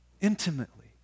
intimately